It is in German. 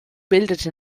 bildete